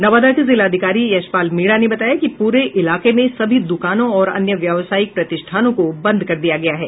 नवादा के जिलाधिकारी यशपाल मीणा ने बताया कि पूरे इलाके में सभी द्रकानों और अन्य व्यावसायिक प्रतिष्ठानों को बंद कर दिया गया है